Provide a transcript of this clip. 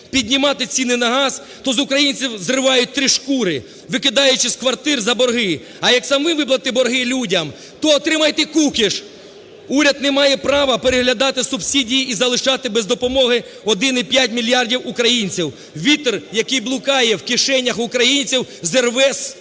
піднімати ціни на газ, то з українців зривають три шкури, викидаючи з квартир за борги; а як самим виплатити борги людям, то отримайте кукиш. Уряд не має права переглядати субсидії і залишати без допомоги 1,5 мільярдів українців. Вітер, який блукає в кишенях українців, зірве